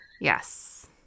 Yes